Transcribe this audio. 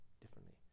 differently